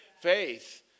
faith